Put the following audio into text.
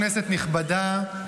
כנסת נכבדה,